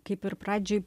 kaip ir pradžioj